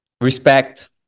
respect